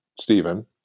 Stephen